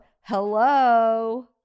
Hello